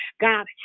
God